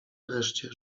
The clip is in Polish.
wreszcie